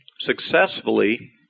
successfully